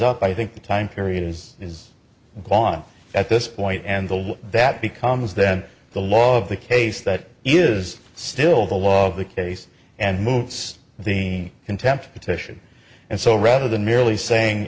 up i think the time period is is off at this point and the law that becomes then the law of the case that is still the law of the case and moves me contempt petition and so rather than merely saying